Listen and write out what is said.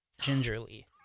gingerly